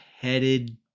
headed